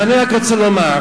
אז אני רק רוצה לומר.